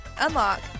unlock